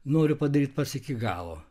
noriu padaryt pats iki galo